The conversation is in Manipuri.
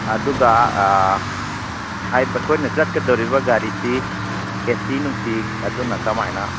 ꯑꯗꯨꯒ ꯑꯩꯈꯣꯏꯅ ꯆꯠꯀꯗꯧꯔꯤꯕ ꯒꯥꯔꯤꯁꯤ ꯑꯦ ꯁꯤ ꯅꯨꯡꯁꯤ ꯑꯗꯨꯅ ꯀꯃꯥꯏꯅ